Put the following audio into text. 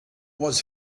was